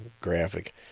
graphic